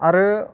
आरो